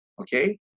okay